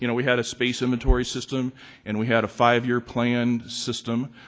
you know we had a space inventory system and we had a five-year plan system,